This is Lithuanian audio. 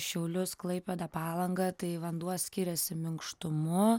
šiaulius klaipėdą palangą tai vanduo skiriasi minkštumu